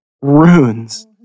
runes